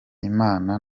imana